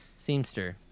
Seamster